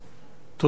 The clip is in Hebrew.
שמטוב.